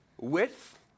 Width